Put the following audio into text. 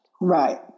Right